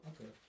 Okay